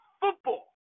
football